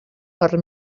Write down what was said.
per